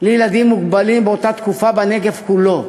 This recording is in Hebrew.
לילדים מוגבלים באותה תקופה בנגב כולו.